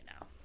now